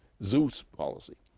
zeus policy,